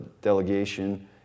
delegation